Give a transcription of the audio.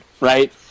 Right